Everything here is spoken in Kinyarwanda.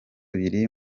biri